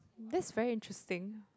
that's very interesting